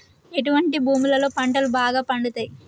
ఎటువంటి భూములలో పంటలు బాగా పండుతయ్?